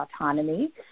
autonomy